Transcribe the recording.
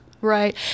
Right